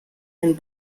and